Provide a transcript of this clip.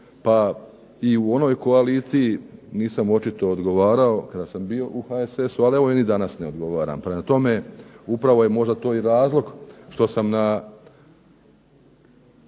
pa i u onoj koaliciji nisam očito odgovarao kada sam bio u HSS-u ali evo i danas ne odgovaram, prema tome, upravo je to možda razlog što sam u